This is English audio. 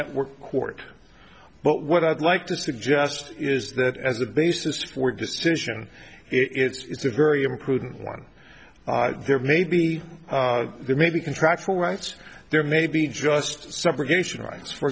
network court but what i'd like to suggest is that as a basis for decision it's a very imprudent one there may be there may be contractual rights there may be just subrogation